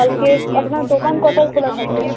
কালকে আপনার দোকান কটায় খোলা থাকবে